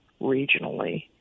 regionally